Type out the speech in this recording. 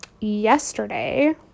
yesterday